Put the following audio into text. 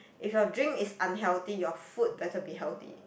if your drink is unhealthy your food better be healthy